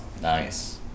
Nice